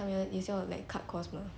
他们也是要来 cut cost mah